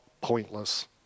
pointless